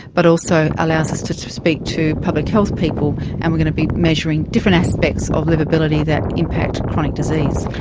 but also allows us to speak to public health people and we are going to be measuring different aspects of liveability that impact chronic disease.